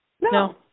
No